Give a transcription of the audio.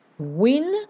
win